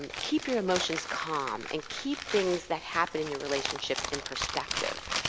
um keep your emotions calm and keep things that happen in your relationship in perspective.